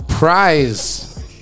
Prize